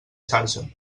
xarxa